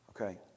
Okay